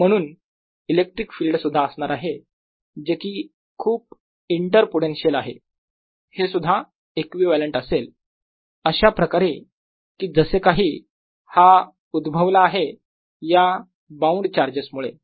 आणि म्हणून electric field सुद्धा असणार आहे जे कि खूप इंटर पोटेन्शियल आहे हे सुद्धा इक्विवलेंट असेल अशाप्रकारे की जसे काही हा उद्भवला आहे या बाऊंड चार्जेस मुळे